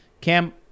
Cam